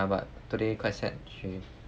oh ya but today quite she